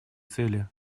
цели